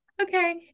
Okay